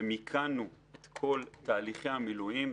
ומיכנו את כל תהליכי המילואים,